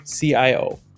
CIO